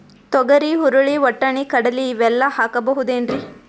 ತೊಗರಿ, ಹುರಳಿ, ವಟ್ಟಣಿ, ಕಡಲಿ ಇವೆಲ್ಲಾ ಹಾಕಬಹುದೇನ್ರಿ?